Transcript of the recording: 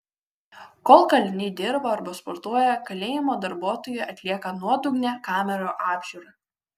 kol kaliniai dirba arba sportuoja kalėjimo darbuotojai atlieka nuodugnią kamerų apžiūrą